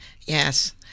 Yes